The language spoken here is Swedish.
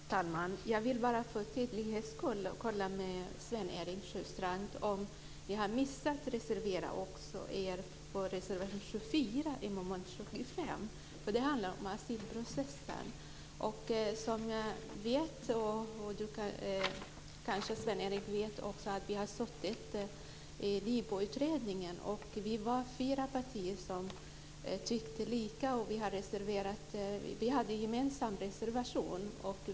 Herr talman! Jag vill bara för tydlighets skull kontrollera med Sven-Erik Sjöstrand om ni har missat att reservera er till förmån för reservation nr 24 vid mom. 25. Den handlar om asylprocessen. I NIPU-utredningen var vi representanter från fyra partier som tyckte lika, och vi hade en gemensam reservation.